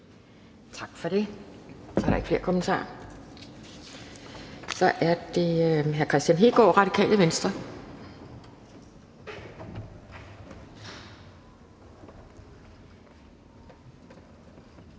Tak for det. Der er ikke flere kommentarer. Så er det hr. Kristian Hegaard, Radikale Venstre.